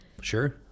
sure